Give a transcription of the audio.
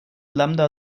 lambda